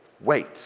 Wait